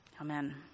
Amen